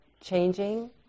changing